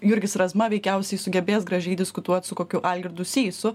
jurgis razma veikiausiai sugebės gražiai diskutuot su kokiu algirdu sysu